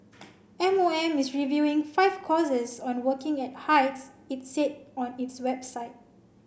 M O M is reviewing five courses on working at heights it said on its website